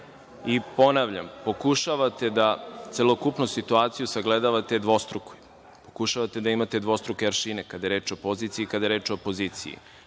dozvolim. Ponavljam, pokušavate da celokupnu situaciju sagledavate dvostruko. Pokušavate da imate dvostruke aršine kada je reč o poziciji i kada je reč o opoziciji.